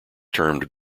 termed